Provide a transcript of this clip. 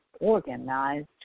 organized